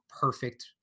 perfect